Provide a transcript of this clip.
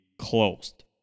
closed